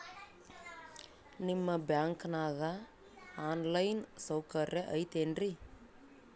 ನಿಮ್ಮ ಬ್ಯಾಂಕನಾಗ online ಸೌಕರ್ಯ ಐತೇನ್ರಿ?